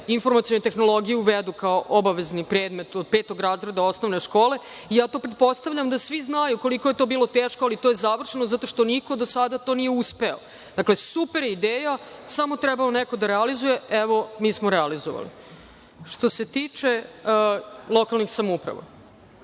informacione tehnologije uvedu kao obavezni predmet od petog razredna osnovne škole. Pretpostavljam da svi znaju koliko je bilo teško, ali je završeno zato što niko do sada to nije uspeo. Dakle, super je ideja, samo je trebao neko da realizuje, evo mi smo realizovali. Što se tiče lokalnih samouprava,